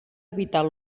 evitar